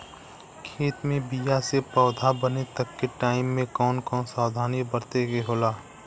खेत मे बीया से पौधा बने तक के टाइम मे कौन कौन सावधानी बरते के होला?